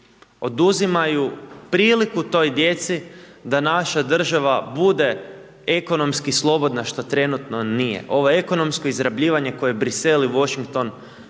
Oduzimaju priliku toj djeci da naša država bude ekonomski slobodno, što trenutno nije, ovo ekonomsko izrabljivanje koje Bruxelles i Washington